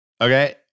okay